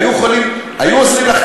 היו עוזרים לך,